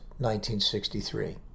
1963